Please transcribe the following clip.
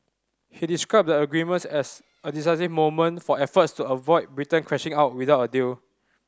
he described the agreements as a decisive moment for efforts to avoid Britain crashing out without a deal